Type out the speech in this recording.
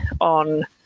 on